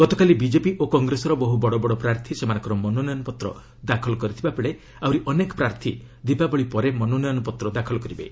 ଗତକାଲି ବିଜେପି ଓ କଂଗ୍ରେସର ବହ୍ର ବଡ଼ ବଡ଼ ପ୍ରାର୍ଥୀ ସେମାନଙ୍କର ମନୋନୟନ ପତ୍ର ଦାଖଲ କରିଥିବାବେଳେ ଆହ୍ରରି ଅନେକ ପ୍ରାର୍ଥୀ ଦୀପାବଳି ପରେ ମନୋନୟନ ପତ୍ର ଦାଖଲ କରିବେ